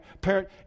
parent